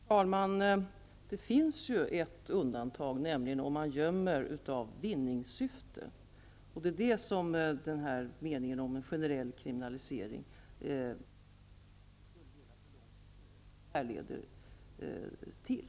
Herr talman! Det finns ett undantag, nämligen om man gömmer i vinningssyfte. Det är det som meningen om en generell kriminalisering härleds till.